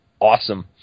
awesome